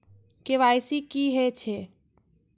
KYC की हे छे?